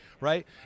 right